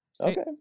Okay